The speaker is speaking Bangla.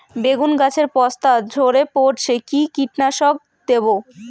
বেগুন গাছের পস্তা ঝরে পড়ছে কি কীটনাশক দেব?